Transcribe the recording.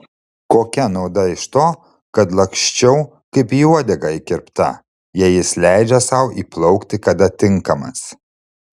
kokia nauda iš to kad laksčiau kaip į uodegą įkirpta jei jis leidžia sau įplaukti kada tinkamas